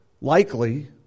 likely